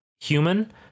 human